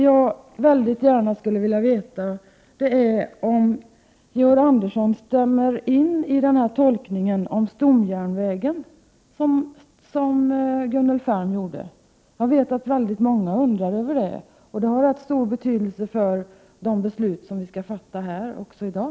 Jag är mycket angelägen om att få veta om Georg Andersson stämmer in i den tolkning av stomjärnvägsbeslutet som Gunnel Färm gjorde. Jag vet att många undrar över det, och det har också rätt stor betydelse för de beslut som vi skall fatta här i dag.